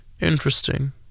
Interesting